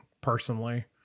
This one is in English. personally